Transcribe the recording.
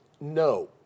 no